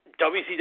WCW